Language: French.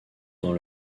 dans